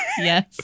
Yes